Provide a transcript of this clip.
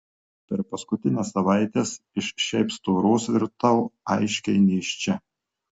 per paskutines savaites iš šiaip storos virtau aiškiai nėščia